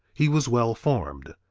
he was well formed.